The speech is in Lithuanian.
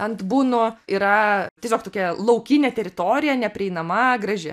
ant buno yra tiesiog tokia laukinė teritorija neprieinama graži